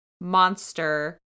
monster